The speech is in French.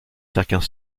certains